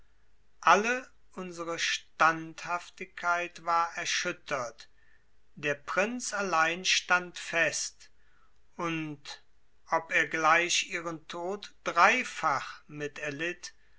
alle unsere standhaftigkeit war erschüttert der prinz allein stand fest und ob er gleich ihren tod dreifach mit erlitt